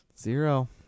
zero